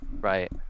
Right